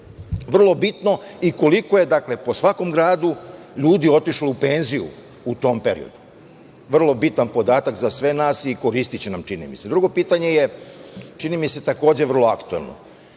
Vrlo bitno i koliko je po svakom gradu ljudi otišlo u penziju u tom periodu? Vrlo bitan podatak za sve nas i koristiće nam, čini mi se. Drugo pitanje je čini mi se, takođe vrlo aktuelno.